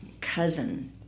cousin